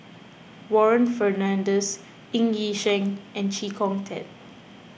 Warren Fernandez Ng Yi Sheng and Chee Kong Tet